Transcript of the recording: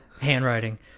Handwriting